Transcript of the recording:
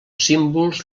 símbols